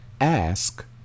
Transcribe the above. ask